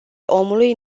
omului